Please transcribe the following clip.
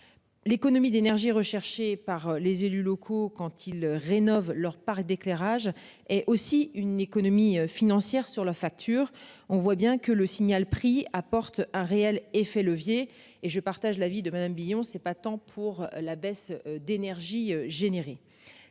L'économie d'énergie recherché par les élus locaux quand ils rénovent leur part d'éclairage et aussi une économie financière sur la facture, on voit bien que le signal prix apporte un réel effet levier et je partage l'avis de Madame Billon c'est pas tant pour la baisse d'énergie généré